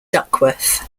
duckworth